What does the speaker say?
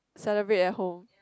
celebrate at home